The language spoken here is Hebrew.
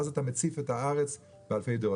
וכך יוכלו להציף את הארץ באלפי דירות.